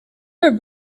her